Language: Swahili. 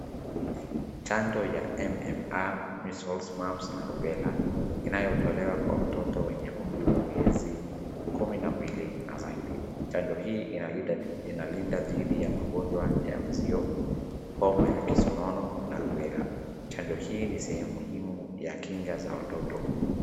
Chanjo ya MMR measles, Mumps na Rubela inayotolewa kwa watoto wenye umri wa miaka miezi kumi na mbili na zaidi. Chanjo hii inalinda dhidi ya magonjwa ya Mzio, homa ya kisonono na Rubela. Chanjo hii ni sehemu muhimu ya kinga za watoto.